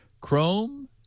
Chrome